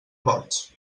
boig